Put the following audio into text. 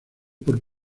por